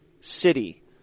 city